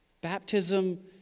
Baptism